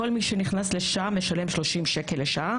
כל מי שנכנס לשם משלם 30 שקל לשעה.